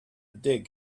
dig